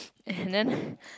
and then